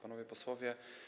Panowie Posłowie!